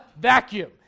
vacuum